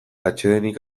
atsedenik